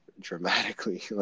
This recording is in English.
dramatically